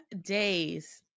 days